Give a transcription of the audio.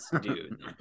dude